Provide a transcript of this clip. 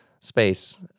space